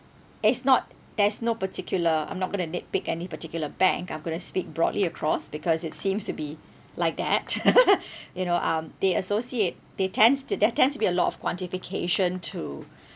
it's not there's no particular I'm not going to nitpick any particular bank I'm going to speak broadly across because it seems to be like that you know um they associate they tends to there tends to be a lot of quantification to